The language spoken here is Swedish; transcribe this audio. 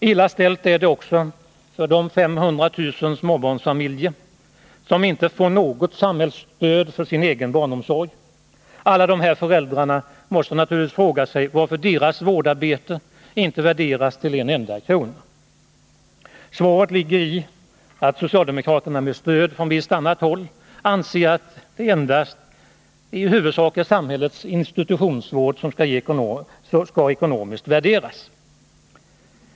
Illa ställt är det också för de 500 000 småbarnsfamiljer som inte får något samhällsstöd för sin egen barnomsorg. Alla de här föräldrarna måste naturligtvis fråga sig varför deras vårdarbete inte värderas till en enda krona. Svaret ligger i att socialdemokraterna med stöd från visst håll anser att det i huvudsak endast är samhällets institutionsvård som skall ekonomiskt värderas.